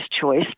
choice